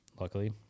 luckily